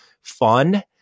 fun